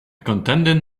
contented